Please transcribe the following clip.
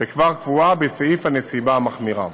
שכבר קבועה בסעיף הנסיבה המחמירה.